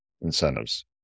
incentives